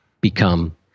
become